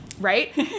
right